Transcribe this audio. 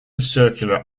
circular